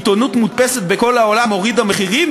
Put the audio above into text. עיתונות מודפסת בכל העולם הורידה מחירים,